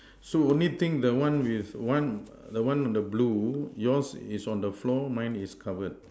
so only thing the one with one the one on the blue yours is on the floor mine is covered